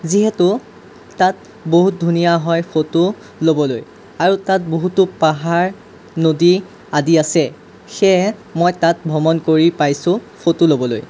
যিহেতু তাত বহুত ধুনীয়া হয় ফটো ল'বলৈ আৰু তাত বহুতো পাহাৰ নদী আদি আছে সেয়ে মই তাত ভ্ৰমণ কৰি পাইছোঁ ফটো ল'বলৈ